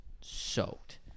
soaked